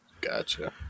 gotcha